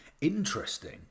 interesting